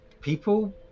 people